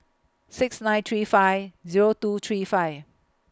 six nine three five Zero two three five